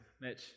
Mitch